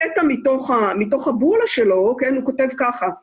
קטע מתוך הבולה שלו, כן? ‫הוא כותב ככה.